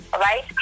right